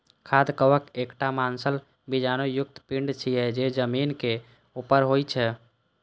खाद्य कवक एकटा मांसल बीजाणु युक्त पिंड छियै, जे जमीनक ऊपर होइ छै